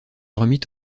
remit